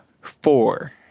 four